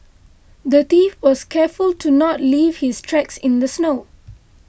the thief was careful to not leave his tracks in the snow